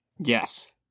Yes